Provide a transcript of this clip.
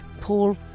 Paul